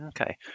Okay